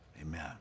amen